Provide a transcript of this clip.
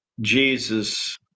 Jesus